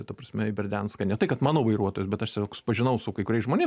ta prasme į berdianską ne tai kad mano vairuotojus bet aš tiesiog susipažinau su kai kuriais žmonėm